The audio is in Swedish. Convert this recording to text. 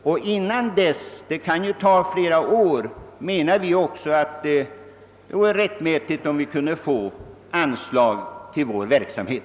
Eftersom detta arbete kan ta flera år tycker vi det vore riktigt om vi kunde få anslag till vår verksamhet.